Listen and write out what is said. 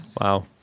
Wow